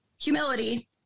humility